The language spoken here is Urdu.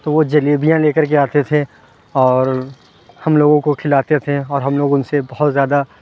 تو وہ جلیبیاں لے کر کے آتے تھے اور ہم لوگوں کو کھلاتے تھے اور ہم لوگ ان سے بہت زیادہ